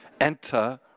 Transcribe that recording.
enter